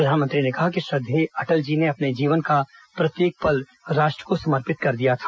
प्रधानमंत्री ने कहा कि श्रद्वेय अटल जी ने अपने जीवन का प्रत्येक पल राष्ट्र को समर्पित कर दिया था